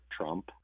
Trump